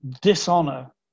dishonor